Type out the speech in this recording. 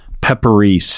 peppery